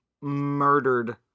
murdered